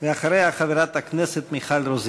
ואחריה, חברת הכנסת מיכל רוזין.